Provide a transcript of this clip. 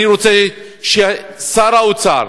אני רוצה ששר האוצר